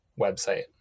website